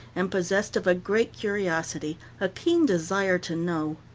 and possessed of great curiosity, a keen desire to know.